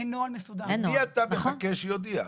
מי אתה מחכה שיודיע?